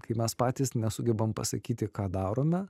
kai mes patys nesugebam pasakyti ką darome